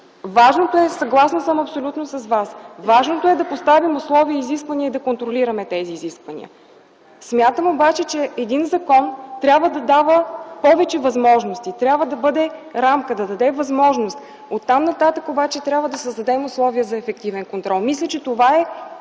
важно е да поставим условия и изисквания и да контролираме тези изисквания. Смятам обаче, че един закон трябва да дава повече възможности, трябва да даде рамката, да даде възможност. Оттам нататък обаче трябва да създадем условия за ефективен контрол.